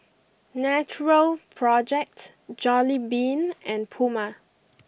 Natural project Jollibean and Puma